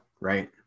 right